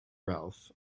ralph